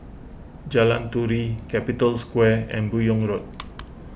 Jalan Turi Capital Square and Buyong Road